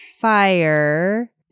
fire